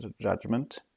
judgment